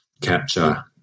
capture